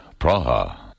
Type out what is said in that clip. Praha